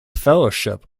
fellowship